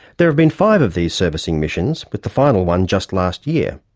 there have been five of these servicing missions, with the final one just last year.